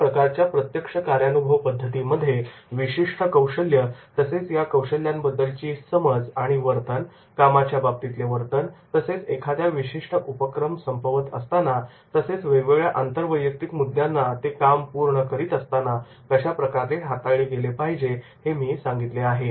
याप्रकारच्या प्रत्यक्ष कार्यानुभवपद्धतीमध्ये विशिष्ट कौशल्य तसेच त्या कौशल्यंबद्दलची समज आणि वर्तन कामाच्या बाबतीतले वर्तन तसेच एखाद्या विशिष्ट उपक्रम संपवत असताना तसेच वेगवेगळ्या आंतरवैयक्तिक मुद्द्यांना ते काम पूर्ण करत असताना कशा प्रकारे हाताळले पाहिजे हे मी सांगितले आहे